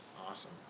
awesome